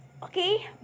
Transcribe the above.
Okay